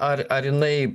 ar ar jinai